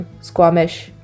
Squamish